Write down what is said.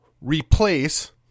replace